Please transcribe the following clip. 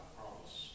promise